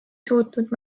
suutnud